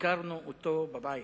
ביקרנו אותו בבית